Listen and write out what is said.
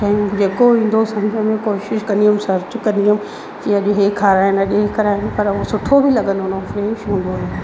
शयूं जेको ईंदो सम्झि में कोशिशि कंदी हुअमि सर्च कंदी हुअमि जीअं कि हे खराइणा आहिनि हे खराइणा आहिनि पर उहो सुठो बि लॻंदो उहो फ्रेश हूंदो हुयो